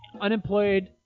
unemployed